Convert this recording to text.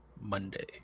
Monday